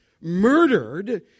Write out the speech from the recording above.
murdered